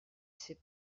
sais